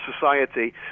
society